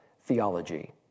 theology